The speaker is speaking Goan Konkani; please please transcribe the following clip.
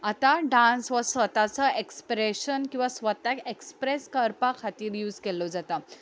आतां डांस हो स्वताचो एक्स्प्रेशन किंवां स्वताक एक्स्प्रेस करपा खातीर यूज केल्लो जाता